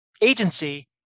agency